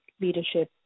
leadership